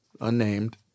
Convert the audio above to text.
unnamed